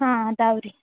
ಹಾಂ ಅದಾವೆ ರೀ